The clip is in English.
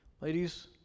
Ladies